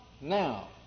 now